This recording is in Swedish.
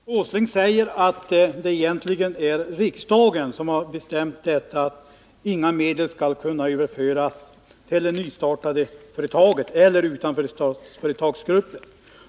Herr talman! Nils Åsling säger att det egentligen är riksdagen som har bestämt att inga medel skall kunna överföras till företag utanför Statsföretagsgruppen.